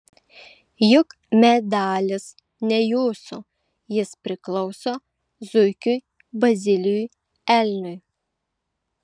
juk medalis ne jūsų jis priklauso zuikiui bazilijui elniui